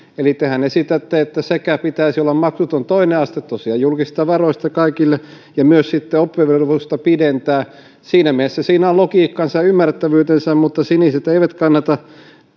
eli tehän esitätte että sekä pitäisi olla maksuton toinen aste tosiaan julkisista varoista kaikille että sitten pitäisi myös oppivelvollisuutta pidentää siinä mielessä siinä on logiikkansa ja ymmärrettävyytensä mutta siniset eivät kannata